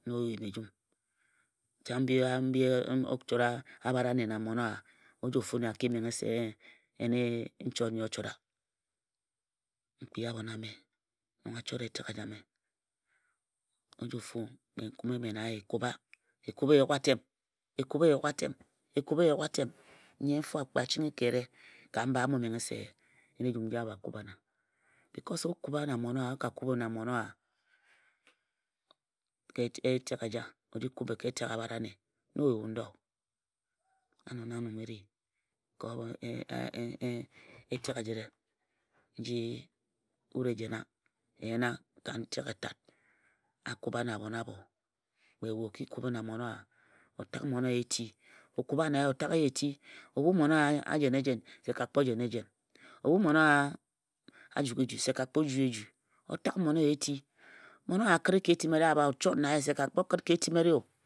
Na oyim ejum. chang mbi o chora abhare ane na mmon owa nne a ki menghe se yen chot nnyi o chora. N kpia abhon amenong a chora etek ejame. Ojofu N kume na ye e kubba. n chora etek ejame. Ojofu N kume na ye e yugha, n chora na ye e kubha e yugha atem e kuba s yugha atem. Nne nto kpe a chigi ka mba a bho menghe nji o kubha wun. Ka o kubhe na mmon owa ka etek abhate ane na o yue n doo. Ano na noŋ e ni ka etek e jare nji wut e yena ka ntok ětat a kubha na abhon abho. O kume na mmon owa eti o chora na ye. O tak mmon owa eti. Ebhu mmon owa a jena eje se ka kpo jen ejen. Ebhe mmon owa a juk eje se ka kpo ju eju. O tak mmon owa eti. Mmon owa kpe a kəre ka ene a bha o chot na ye. se ka kpo kət ka etimere o.